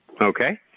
Okay